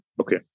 Okay